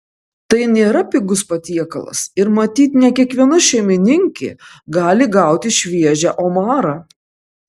tai nėra pigus patiekalas ir matyt ne kiekviena šeimininkė gali gauti šviežią omarą